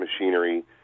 machinery